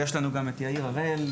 ויש לנו את יאיר הראל,